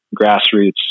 grassroots